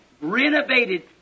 renovated